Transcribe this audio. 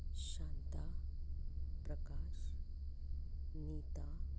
Shanta Prakash Nita